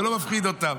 זה לא מפחיד אותם.